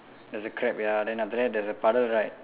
there's a crab ya then after that there's a puddle right